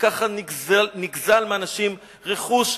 וככה נגזל מאנשים רכוש,